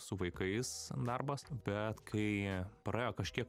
su vaikais darbas bet kai praėjo kažkiek